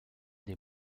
des